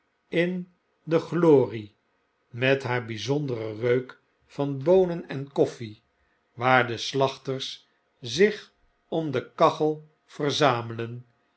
in de glory met haar bgzonderen reuk van boonen en k of fie waar de slachters zich om de kachel verzamelen